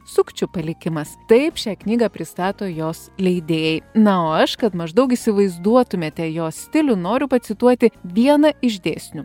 sukčių palikimas taip šią knygą pristato jos leidėjai na o aš kad maždaug įsivaizduotumėte jo stilių noriu pacituoti vieną iš dėsnių